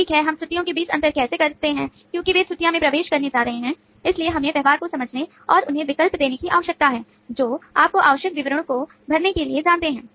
ठीक है हम छुट्टियो के बीच अंतर कैसे करते हैं क्योंकि वे छुट्टियो में प्रवेश करने जा रहे हैं इसलिए हमें व्यवहार को समझने और उन्हें विकल्प देने की आवश्यकता है जो आपको आवश्यक विवरणों को भरने के लिए जानते हैं